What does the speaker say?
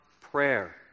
prayer